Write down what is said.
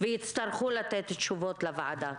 ויצטרכו לתת תשובות לוועדה.